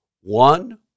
One